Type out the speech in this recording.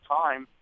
time